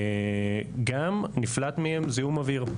וגם נפלט מהם זיהום אוויר.